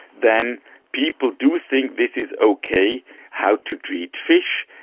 then people do think this is okay how to treat fish.